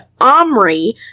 Omri